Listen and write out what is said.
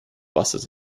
buses